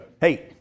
Hey